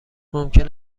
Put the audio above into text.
ممکن